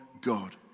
God